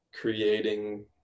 creating